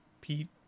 pete